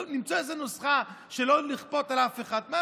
נמצא איזו נוסחה, שלא לכפות על אף אחד.